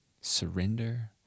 surrender